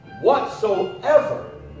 whatsoever